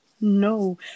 No